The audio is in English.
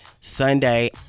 Sunday